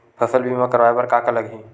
फसल बीमा करवाय बर का का लगही?